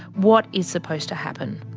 what is supposed to happen?